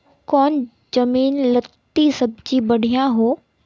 कौन जमीन लत्ती सब्जी बढ़िया हों?